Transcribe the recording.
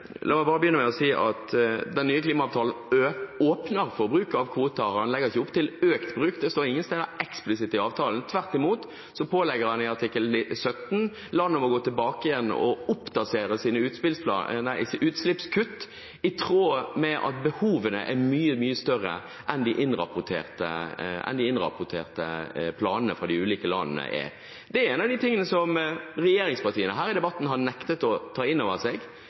La meg begynne med å si at den nye klimaavtalen åpner for bruk av kvoter. Den legger ikke opp til økt bruk – det står ikke eksplisitt det i avtalen noe sted. Tvert imot pålegger den i artikkel 17 landene å gå tilbake og oppdatere sine utslippskutt i tråd med at behovene er mye, mye større enn de innrapporterte planene fra de ulike landene er. Det er en av de tingene som regjeringspartiene i denne debatten har nektet å ta inn over seg.